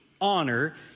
Honor